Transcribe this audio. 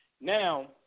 Now